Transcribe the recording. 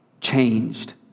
changed